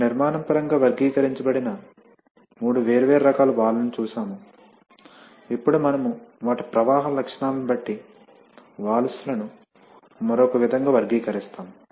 ఇప్పుడు నిర్మాణ పరంగా వర్గీకరించబడిన మూడు వేర్వేరు రకాల వాల్వ్లను చూశాము ఇప్పుడు మనము వాటి ప్రవాహ లక్షణాలను బట్టి వాల్వ్స్ లను మరొక విధంగా వర్గీకరిస్తాము